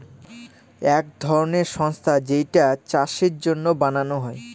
এক ধরনের সংস্থা যেইটা চাষের জন্য বানানো হয়